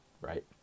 Right